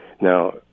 Now